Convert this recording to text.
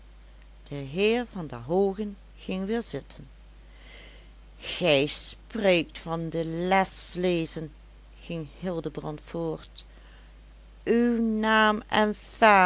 de heer van der hoogen ging weer zitten gij spreekt van de les lezen ging hildebrand voort uw naam